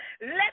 let